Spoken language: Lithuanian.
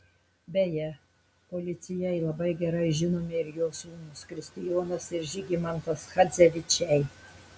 beje policijai labai gerai žinomi ir jo sūnūs kristijonas ir žygimantas chadzevičiai